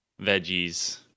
veggies